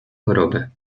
chorobę